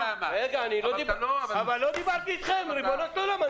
אבל לא דיברתי איתכם, ריבונו של עולם.